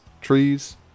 trees